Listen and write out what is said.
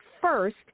first